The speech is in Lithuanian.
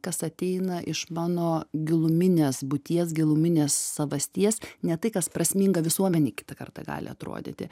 kas ateina iš mano giluminės būties giluminės savasties ne tai kas prasminga visuomenei kitą kartą gali atrodyti